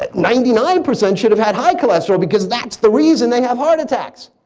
ah ninety nine percent should have had high cholesterol because that's the reason they have heart attacks.